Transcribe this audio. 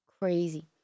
Crazy